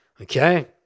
Okay